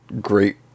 Great